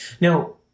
Now